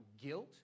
guilt